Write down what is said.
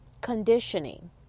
conditioning